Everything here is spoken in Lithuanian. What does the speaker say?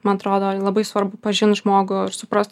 man atrodo labai svarbu pažint žmogų ir suprast